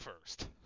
first